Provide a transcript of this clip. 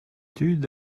tud